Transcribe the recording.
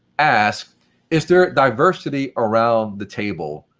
ask is there diversity around the table?